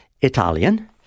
Italian